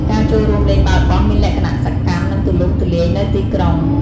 ការចូលរួមលេងបាល់បោះមានលក្ខណៈសកម្ម និងទូលំទូលាយនៅទីក្រុង។